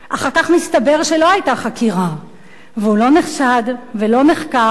אחר כך מסתבר שלא היתה חקירה והוא לא נחשד ולא נחקר,